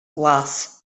glas